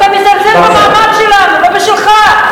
אתה מזלזל במעמד שלנו ובשלך.